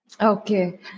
Okay